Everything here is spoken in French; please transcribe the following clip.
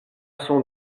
son